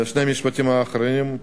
שני משפטים אחרונים.